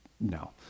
no